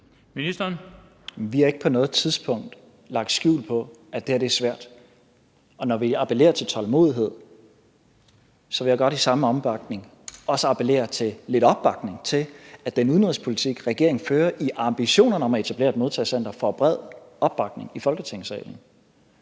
Vi har ikke på noget tidspunkt lagt skjul på, at det her er svært, og når vi appellerer til tålmodighed, vil jeg godt i samme ombæring også appellere til lidt opbakning til, at den udenrigspolitik, regeringen fører i ambitionerne om at etablere et modtagecenter, får bred opbakning i Folketingssalen.